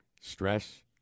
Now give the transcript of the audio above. Stress